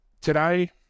Today